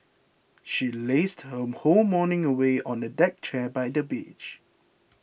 she lazed her whole morning away on a deck chair by the beach